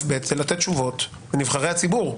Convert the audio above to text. בי"ת זה לתת תשובות לנבחרי הציבור.